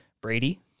Brady